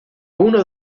uno